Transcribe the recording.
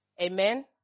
Amen